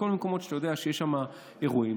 בכל מיני מקומות שיש בהם אירועים.